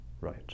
right